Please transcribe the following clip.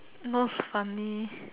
nose funny